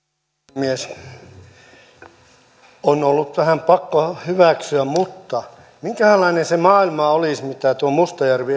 puhemies on ollut vähän pakko hyväksyä mutta minkähänlainen se maailma olisi mitä tuo mustajärvi